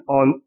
on